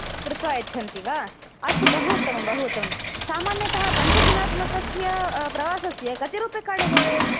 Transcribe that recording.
कृत्वा यच्छन्ति वा अस्तु बहु उत्तमं बहु उत्तमं सामान्यतः पञ्चदिनात्मकस्य प्रवासस्य कति रूप्यकाणि भवेत्